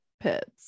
pets